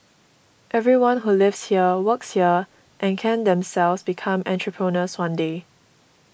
everyone who lives here works here and can themselves become entrepreneurs one day